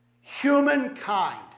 humankind